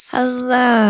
Hello